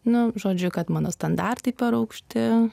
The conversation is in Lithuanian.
nu žodžiu kad mano standartai per aukšti